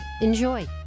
Enjoy